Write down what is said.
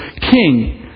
king